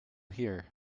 here